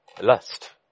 lust